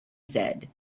said